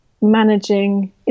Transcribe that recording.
managing